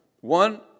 One